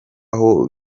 bose